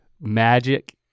magic